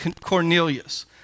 Cornelius